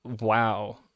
wow